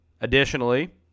Additionally